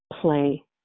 play